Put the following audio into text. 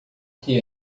que